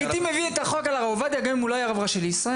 הייתי מביא את החוק על הרב עובדיה גם אם הוא לא היה רב ראשי לישראל.